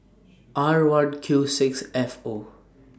R one Q six F O